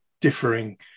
differing